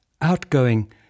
Outgoing